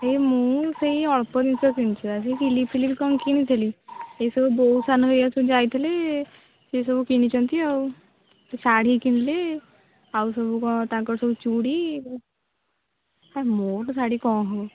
ଏ ମୁଁ ସେଇ ଅଳ୍ପ ଜିନିଷ କିଣିଛି ଆଉ ସେଇ କିଲିପିଫିଲିପ୍ କ'ଣ କିଣିଥିଲି ଏଇ ସବୁ ବୋଉ ସାନ ଭାଇ ହେରିକା ସବୁ ଯାଇଥିଲେ ସେସବୁ କିଣିଛନ୍ତି ଆଉ ଶାଢ଼ୀ କିଣିଲେ ଆଉ ସବୁ କ'ଣ ତାଙ୍କର ସବୁ ଚୁଡ଼ି ହେ ମୋର ଶାଢ଼ୀ କ'ଣ ହବ